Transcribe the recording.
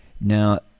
Now